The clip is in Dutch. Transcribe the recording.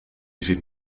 ziet